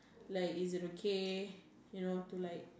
like is it okay you know to like